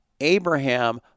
Abraham